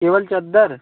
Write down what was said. केवल चादर